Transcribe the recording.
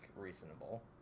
reasonable